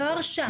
לא הרשעה.